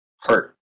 Hurt